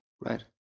Right